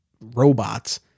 robots